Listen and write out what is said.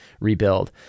rebuild